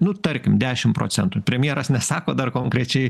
nu tarkim dešim procentų premjeras nesako dar konkrečiai